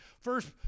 First